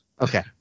okay